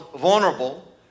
vulnerable